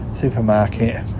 supermarket